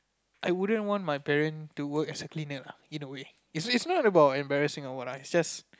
I wouldn't want my parent to work as a cleaner lah in a way is is not about embarrassing or what lah is just